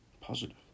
positive